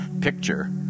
picture